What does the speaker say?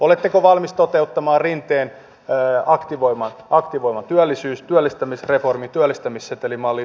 oletteko valmis toteuttamaan rinteen aktivoivan työllistämisreformin työllistämissetelimallin